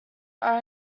are